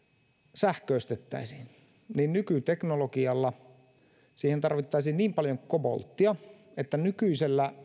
sähköistettäisiin niin nykyteknologialla siihen tarvittaisiin niin paljon kobolttia että nykyisellä